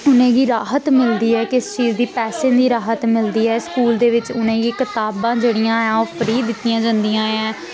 उ'नेंगी राहत मिलदी ऐ किस चीज दी पैसे दी राहत मिलदी ऐ स्कूल दे बिच्च उ'नेंगी कताबां जेह्ड़ियां ऐ ओह् फ्री दित्तियां जंदियां ऐ